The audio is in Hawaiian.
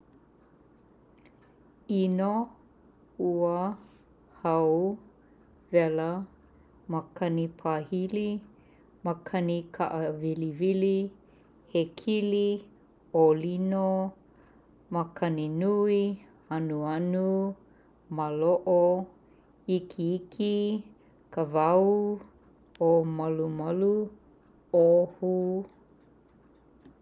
'ino, ua, hau, wela, makani pahili, makani ka'a wiliwili, hekili, 'ōlino, makani nui, anuanu, malo'o, ikiiki, kawaū, 'ōmalumalu, ohu